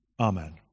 Amen